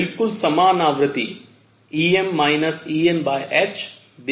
बिल्कुल समान आवृत्ति Em Enh देखी जा रही है